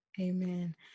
Amen